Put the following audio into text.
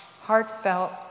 heartfelt